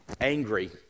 angry